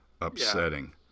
upsetting